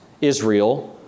Israel